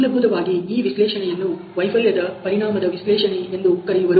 ಮೂಲಭೂತವಾಗಿ ಈ ವಿಶ್ಲೇಷಣೆಯನ್ನು ವೈಫಲ್ಯ ಪರಿಣಾಮದ ವಿಶ್ಲೇಷಣೆ ಎಂದು ಕರೆಯುವರು